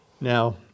Now